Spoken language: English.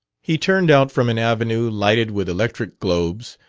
he turned out from an avenue lighted with electric globes,